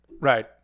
Right